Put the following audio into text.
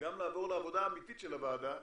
וגם נעבור לעבודה האמיתית של הוועדה,